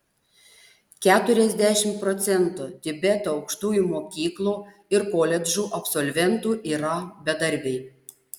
keturiasdešimt procentų tibeto aukštųjų mokyklų ir koledžų absolventų yra bedarbiai